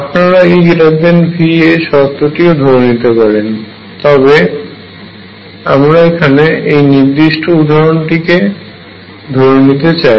আপনারা EV এর শর্তটি ও ধরে নিতে পারেন তবে আমরা এখানে এই নির্দিষ্ট উদাহরণটিকে ধরে নিতে চাই